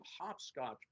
hopscotch